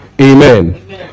Amen